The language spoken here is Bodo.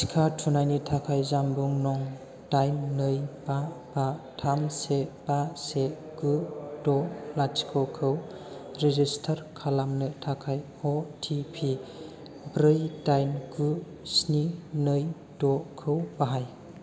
टिका थुनायनि थाखाय जामबुं नं दाइन नै बा बा थाम से बा से गु द' लाथिख'खौ रेजिस्टार खालामनो थाखाय अ टि पि ब्रै दाइन गु स्नि नै द' खौ बाहाय